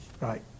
right